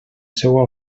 seua